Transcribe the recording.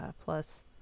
plus